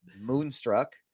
Moonstruck